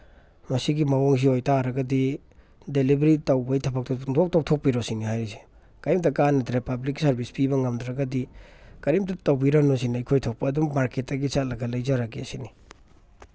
ꯃꯁꯤꯒꯤ ꯃꯑꯣꯡꯁꯤ ꯑꯣꯏ ꯇꯥꯔꯒꯗꯤ ꯗꯦꯂꯤꯕꯔꯤ ꯇꯧꯕꯒꯤ ꯊꯕꯛꯇꯨ ꯄꯨꯡꯇꯣꯛ ꯇꯣꯛꯊꯣꯛꯄꯤꯔꯣ ꯁꯤꯅꯤ ꯍꯥꯏꯔꯤꯁꯦ ꯀꯩꯝꯇ ꯀꯥꯅꯗ꯭ꯔꯦ ꯄꯥꯕ꯭ꯂꯤꯛ ꯁꯥꯔꯚꯤꯁ ꯄꯤꯕ ꯉꯝꯗ꯭ꯔꯒꯗꯤ ꯀꯔꯤꯝꯇ ꯇꯧꯕꯤꯔꯅꯨ ꯁꯤꯅꯤ ꯑꯩꯈꯣꯏ ꯊꯣꯛꯄ ꯑꯗꯨꯝ ꯃꯥꯔꯀꯦꯠꯇꯒꯤ ꯆꯠꯂꯒ ꯂꯩꯖꯔꯒꯦ ꯁꯤꯅꯤ